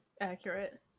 accurate